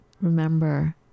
remember